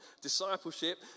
discipleship